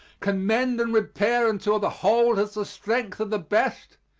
can mend and repair until the whole has the strength of the best,